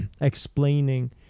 explaining